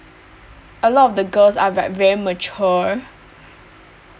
a lot of the girls are like very mature